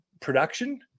production